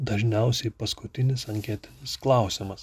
dažniausiai paskutinis anketinis klausimas